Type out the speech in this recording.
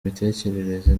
mitekerereze